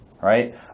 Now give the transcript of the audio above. Right